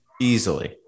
easily